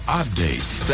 updates